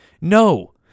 no